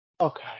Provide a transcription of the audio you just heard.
Okay